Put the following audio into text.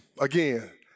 again